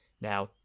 Now